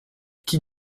chi